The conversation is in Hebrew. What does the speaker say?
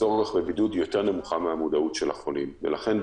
בצורך בבידוד היא יותר נמוכה מהמודעות של החולים ולכן,